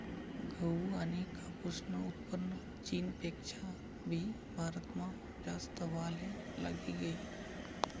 गहू आनी कापूसनं उत्पन्न चीनपेक्षा भी भारतमा जास्त व्हवाले लागी गयी